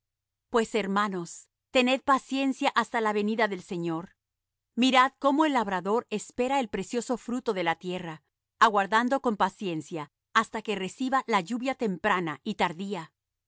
pues hermanos tened paciencia hasta la venida del señor mirad cómo el labrador espera el precioso fruto de la tierra aguardando con paciencia hasta que reciba la lluvia temprana y tardía